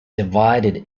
divided